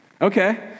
Okay